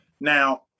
Now